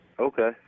Okay